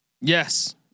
Yes